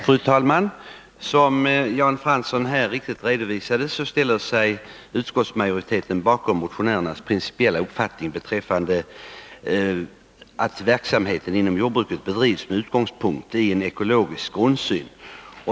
Fru talman! Som Jan Fransson helt riktigt redovisade ställer sig utskottsmajoriteten bakom motionärernas principiella uppfattning beträffande att verksamheten inom jordbruket bör bedrivas med utgångspunkt i en ekologisk grundsyn.